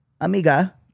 amiga